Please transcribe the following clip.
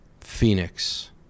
Phoenix